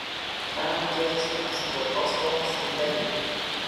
fenotiazinas baltos spalvos milteliai